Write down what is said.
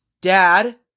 Dad